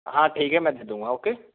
हाँ ठीक है मैं दे दूंगा ओके